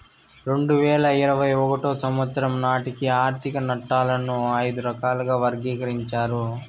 రెండు వేల ఇరవై ఒకటో సంవచ్చరం నాటికి ఆర్థిక నట్టాలను ఐదు రకాలుగా వర్గీకరించారు